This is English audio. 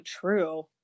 true